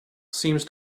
seems